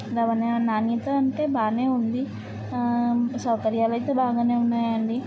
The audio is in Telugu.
రవాణా నాణ్యత అంటే బాగానే ఉంది సౌకర్యాలైతే బాగానే ఉన్నాయి అండి